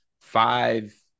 five